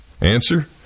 Answer